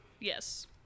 Yes